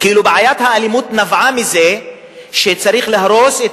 כאילו בעיית האלימות נבעה מזה שצריך להרוס את